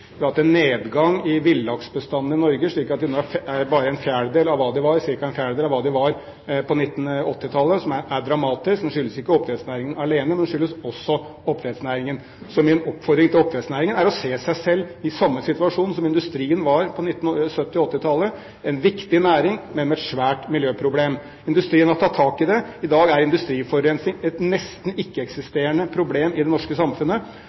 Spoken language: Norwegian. Vi har hatt en nedgang i villaksbestanden i Norge, som nå er bare ca. en fjerdedel av hva den var på 1980-tallet, noe som er dramatisk, og som ikke skyldes oppdrettsnæringen alene, men som også skyldes oppdrettsnæringen. Min oppfordring til oppdrettsnæringen er å se seg selv i samme situasjon som industrien var på 1970–1980-tallet: en viktig næring, men med et stort miljøproblem. Industrien har tatt tak i det. I dag er industriforurensing et nesten ikke-eksisterende problem i det norske samfunnet,